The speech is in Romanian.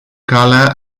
calea